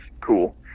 cool